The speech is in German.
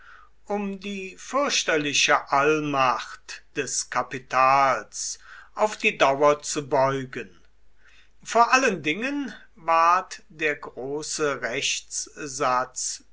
um die fürchterliche allmacht des kapitals auf die dauer zu beugen vor allen dingen ward der große rechtssatz